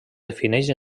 defineix